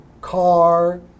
car